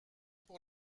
pour